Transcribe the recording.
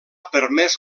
permès